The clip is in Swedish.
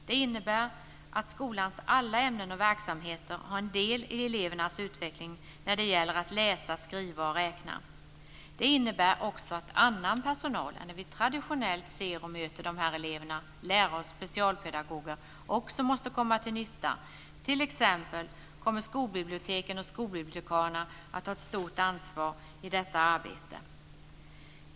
Det innebär att skolans alla ämnen och verksamheter har del i elevernas utveckling när det gäller att läsa, skriva och räkna. Det innebär också att annan personal än den som traditionellt ser och möter de här eleverna, lärare och specialpedagoger, också måste komma till nytta, t.ex. kommer skolbiblioteken och skolbibliotekarierna att ha ett stort ansvar i detta arbete.